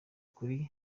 kuri